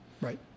Right